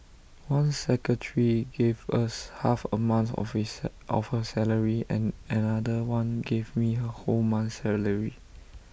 one secretary gave us half A month of his of her salary and another one gave me her whole month's salary